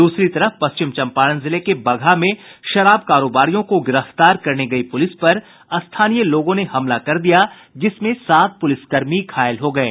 दूसरी तरफ पश्चिम चंपारण जिले के बगहा में शराब कारोबारियों को गिरफ्तार करने गयी पूलिस पर स्थानीय लोगों ने हमला कर दिया जिसमें सात पुलिसकर्मी घायल हो गये